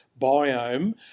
biome